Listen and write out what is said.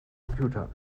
computer